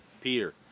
Peter